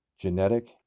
genetic